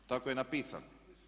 Tako je napisano.